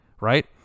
right